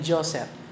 Joseph